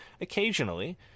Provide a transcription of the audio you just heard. occasionally